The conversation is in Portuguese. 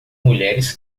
mulheres